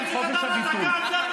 תן לבנט קצת.